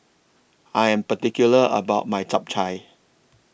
I Am particular about My Chap Chai